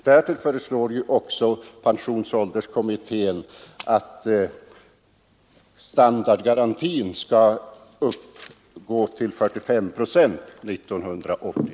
Därtill föreslår pensionsålderskommittén att standardgarantin skall uppgå till 45 procent år 1980.